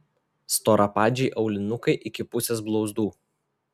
storapadžiai aulinukai iki pusės blauzdų